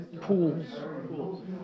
pools